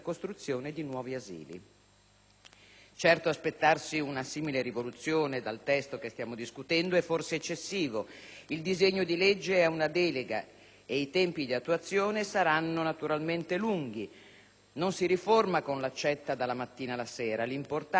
Certo, aspettarsi una simile rivoluzione dal testo che stiamo discutendo è forse eccessivo. Il disegno di legge è una delega e i tempi di attuazione saranno naturalmente lunghi. Non si riforma con l'accetta dalla mattina alla sera. L'importante, signor Ministro,